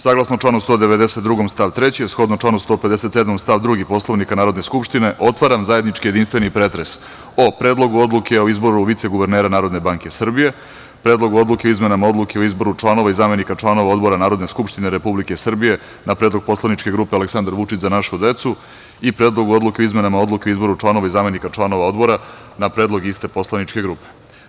Saglasno članu 192. stav 3, a shodno članu 157. stav 2. Poslovnika Narodne skupštine, otvaram zajednički jedinstveni pretres o Predlogu odluke o izboru viceguvernera Narodne banke Srbije, Predlogu odluke o izboru članova i zamenika članova Odbora Narodne skupštine Republike Srbije, na predlog poslaničke grupe Aleksandar Vučić – Zajedno za našu decu i Predlog odluke o izmenama odluke o izboru članova i zamenike članova Odbora, na predlog iste poslaničke grupe.